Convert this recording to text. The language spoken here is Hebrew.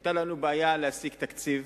היתה לנו בעיה להשיג תקציב.